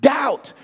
Doubt